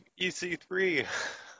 EC3